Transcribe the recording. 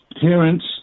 parents